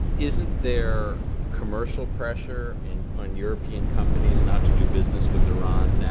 isn't there commercial pressure and on european companies not to do business with iran? yeah